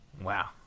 Wow